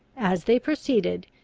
as they proceeded,